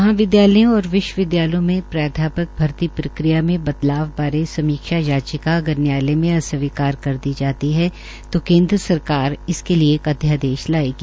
महाविद्यालयों और विश्वविद्यालयों में प्राध्यापक भर्ती प्रक्रिया में बदलाव बारे समीक्षा याचिका अगर न्यायालय में अस्वीकार कर दी है जो केन्द्र सरकार इसके लिये एक अध्यादेश जायेगी